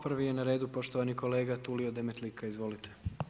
Prvi je na redu poštovani kolega Tulio Demetlika, izvolite.